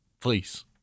please